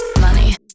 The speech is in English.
money